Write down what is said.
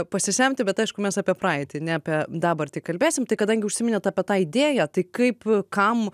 pasisemti bet aišku mes apie praeitį ne apie dabartį kalbėsim tai kadangi užsiminėt apie tą idėją tai kaip kam